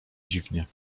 dziwnie